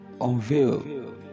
unveil